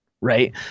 Right